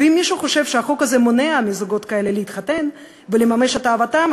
ואם מישהו חושב שהחוק הזה מונע מזוגות כאלה להתחתן ולממש את אהבתם,